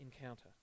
encounter